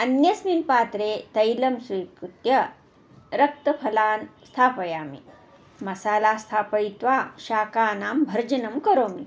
अन्यस्मिन् पात्रे तैलं स्वीकृत्य रक्तफलान् स्थापयामि मसाला स्थापयित्वा शाकानां भर्जनं करोमि